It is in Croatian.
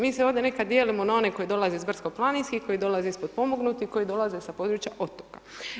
Mi se ovdje nekad dijelimo na one koji dolaze iz brdsko-planinskih, koji dolaze iz potpomognutih, koji dolaze sa područja otoka.